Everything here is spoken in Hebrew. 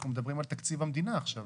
אנחנו מדברים על תקציב המדינה עכשיו.